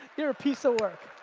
you're a piece of work.